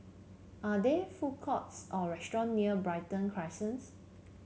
are there food courts or restaurant near Brighton Crescents